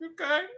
okay